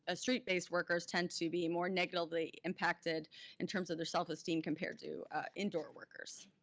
ah street-based workers tend to be more negatively impacted in terms of their self-esteem compared to indoor workers.